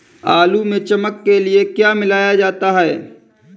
आलू में चमक के लिए क्या मिलाया जाता है?